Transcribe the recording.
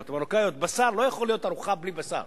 המרוקאיות, לא יכולה להיות ארוחה בלי בשר.